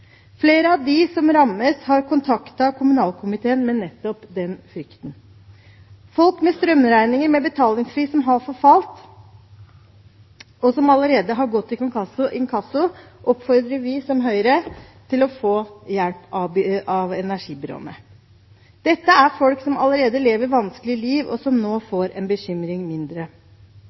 Flere av dem som rammes, har kontaktet kommunal- og forvaltningskomiteen med nettopp den frykten. Folk med strømregninger med betalingsfrist som har forfalt, og som allerede har gått til inkasso, oppfordrer vi, som Høyre, til å få hjelp av energibyråene. Dette er folk som allerede lever et vanskelig liv, og som nå får en bekymring mindre.